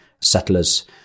settlers